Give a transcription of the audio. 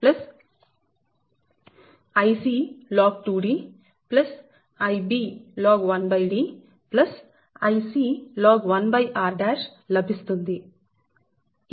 4605Ib log Ic log Ib log1D Ic log1r లభిస్తుంది